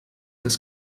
das